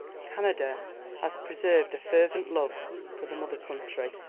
canada has preserved a fervent love for the mother country.